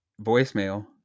voicemail